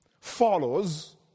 follows